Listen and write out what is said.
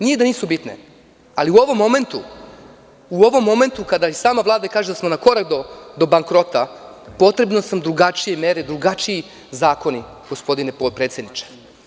Nije da nisu bitne, ali u ovom momentu kada i sama Vlada kaže da smo na korak do bankrota potrebne su nam drugačije mere i drugačiji zakoni, gospodine potpredsedniče.